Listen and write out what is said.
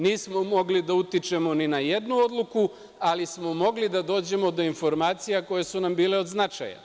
Nismo mogli da utičemo ni na jednu odluku, ali smo mogli da dođemo do informacija koje su nam bile od značaja.